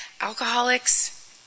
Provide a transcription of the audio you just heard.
alcoholics